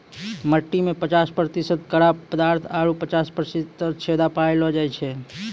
मट्टी में पचास प्रतिशत कड़ा पदार्थ आरु पचास प्रतिशत छेदा पायलो जाय छै